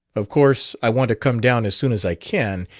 of course i want to come down as soon as i can,